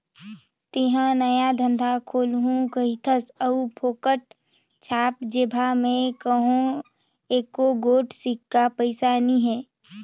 तेंहा नया धंधा खोलहू कहिथस अउ फोकट छाप जेबहा में कहों एको गोट सिक्का पइसा नी हे